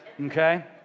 okay